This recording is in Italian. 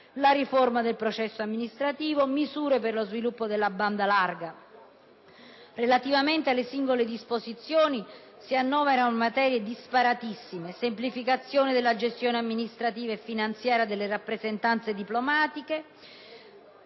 la riforma del processo amministrativo, misure per lo sviluppo della banda larga. Relativamente alle singole disposizioni, si annoverano materie disparatissime: semplificazione della gestione amministrativa e finanziaria delle rappresentanze diplomatiche;